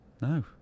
No